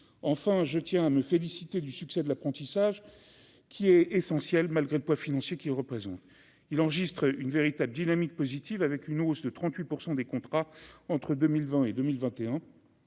enfin, je tiens à me féliciter du succès de l'apprentissage qui est essentiel, malgré le poids financier qui représente, il enregistre une véritable dynamique positive avec une hausse de 38 % des contrats entre 2020 et 2021,